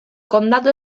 condado